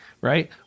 Right